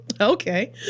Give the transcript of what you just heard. Okay